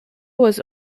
was